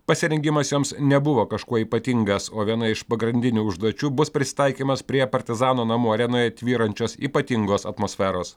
pasirengimas joms nebuvo kažkuo ypatingas o viena iš pagrindinių užduočių bus prisitaikymas prie partizano namų arenoje tvyrančios ypatingos atmosferos